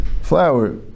flower